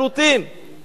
זו פרשה אחת.